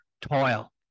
toil